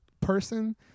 person